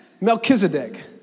Melchizedek